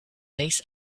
lace